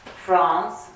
France